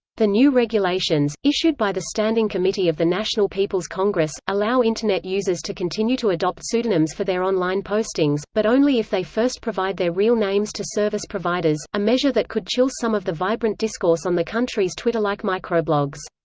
the new regulations, issued by the standing committee of the national people's congress, allow internet users to continue to adopt pseudonyms for their online postings, but only if they first provide their real names to service providers, a measure that could chill some of the vibrant discourse on the country's twitter-like microblogs.